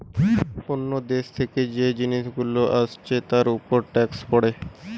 অন্য দেশ থেকে যে জিনিস গুলো এসছে তার উপর ট্যাক্স পড়ে